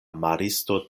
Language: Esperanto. maristo